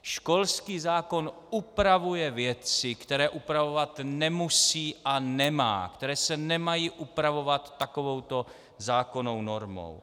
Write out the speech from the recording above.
Školský zákon upravuje věci, které upravovat nemusí a nemá, které se nemají upravovat takovouto zákonnou normou.